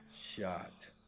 Shot